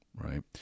right